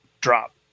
drop